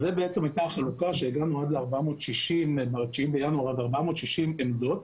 זו בעצם הייתה החלוקה שבה הגענו ב-9 בינואר עד 460 עמדות.